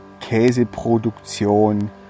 Käseproduktion